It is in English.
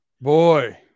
Boy